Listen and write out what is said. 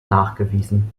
nachgewiesen